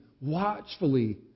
watchfully